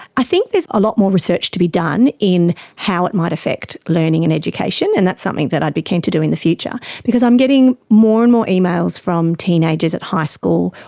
i think there's a lot more research to be done in how it might affect learning and education, and that's something that i'd be keen to do in the future. because i'm getting more and more emails from teenagers at high school,